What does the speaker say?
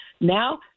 Now